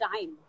time